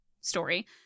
story